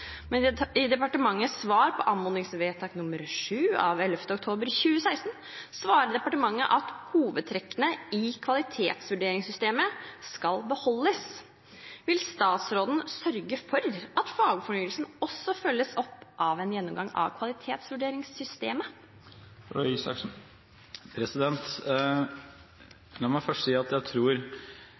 i departementets svar på anmodningsvedtak nr. 7, 11. oktober 2016, så svarer departementet at hovedtrekkene i kvalitetsvurderingssystemet skal beholdes. Vil statsråden sørge for at fagfornyelsen også følges opp av en gjennomgang av kvalitetsvurderingssystemet?» Nå må jeg først si at jeg tror